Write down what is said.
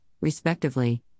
respectively